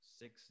six